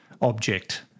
object